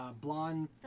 Blonde